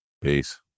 Peace